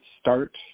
start